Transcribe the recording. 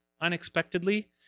unexpectedly